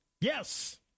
Yes